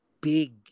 big